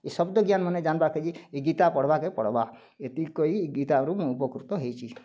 ଏଇ ଶବ୍ଦ ଜ୍ଞାନ୍ ମାନେ ଜାନ୍ବା କାଜି ଏଇ କି ଗୀତା ପଢ଼୍ବାକେ ପଢ଼୍ବା ଏତିକି କହି ଗୀତାରୁ ମୁଁ ପକୃତ ହେଇଛି